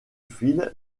file